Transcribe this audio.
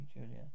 julia